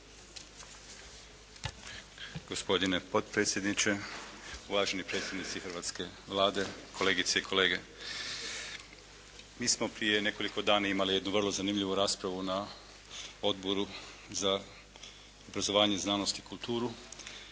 Gospodine potpredsjedniče, uvaženi predstavnici hrvatske Vlade, kolegice i kolege. Mi smo prije nekoliko dana imali jednu vrlo zanimljivu raspravu na Odboru za obrazovanje, znanost i kulturu